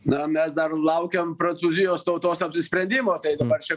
na mes dar laukiam prancūzijos tautos apsisprendimo tai dabar čia